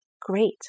great